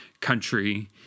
country